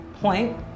point